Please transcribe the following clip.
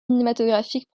cinématographique